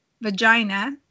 vagina